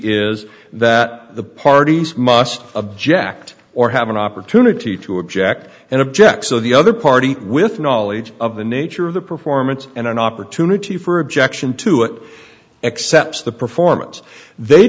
is that the parties must object or have an opportunity to object and object so the other party with knowledge of the nature of the performance and an opportunity for objection to it accepts the performance they